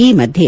ಈ ಮಧ್ಯೆ